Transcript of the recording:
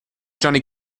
johnny